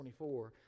24